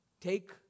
take